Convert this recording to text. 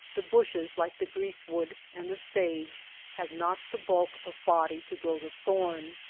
the bushes like the greasewood and the sage have not the bulk of body to grow the thorn.